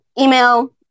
email